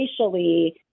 racially